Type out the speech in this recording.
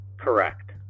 Correct